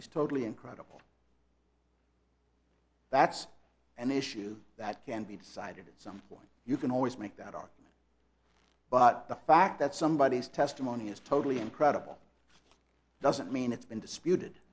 he's totally incredible that's an issue that can be decided at some point you can always make that are but the fact that somebody is testimony is totally incredible doesn't mean it's been disputed